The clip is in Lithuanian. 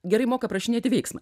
gerai moka aprašinėti veiksmą